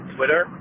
Twitter